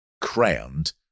crowned